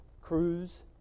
cruise